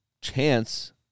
chance